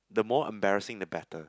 the more embarrassing the better